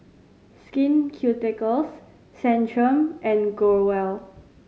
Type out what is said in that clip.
Skin Ceuticals Centrum and Growell